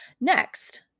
next